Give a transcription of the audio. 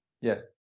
Yes